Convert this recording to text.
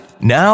Now